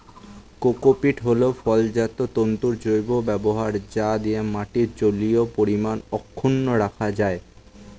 cocopeat হল ফলজাত তন্তুর জৈব ব্যবহার যা দিয়ে মাটির জলীয় পরিমাণ অক্ষুন্ন রাখা যায়